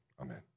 amen